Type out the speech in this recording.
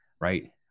right